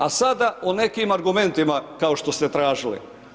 A sada o nekim argumentima kao što ste tražili.